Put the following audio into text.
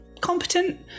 competent